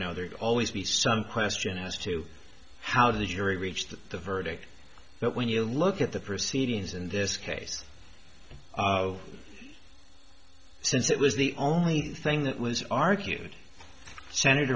know that always be some question as to how the jury reached the verdict but when you look at the proceedings in this case of since it was the only thing that was argued sen